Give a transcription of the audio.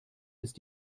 ist